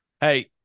hey